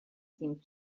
seemed